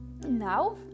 Now